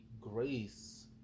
grace